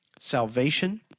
Salvation